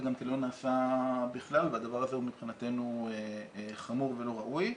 גם לא נעשה בכלל והדבר הזה הוא מבחינתנו חמור ולא ראוי.